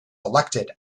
elected